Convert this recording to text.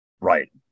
Right